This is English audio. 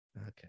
Okay